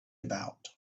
about